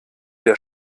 der